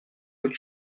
que